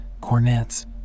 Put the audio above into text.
cornets